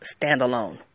standalone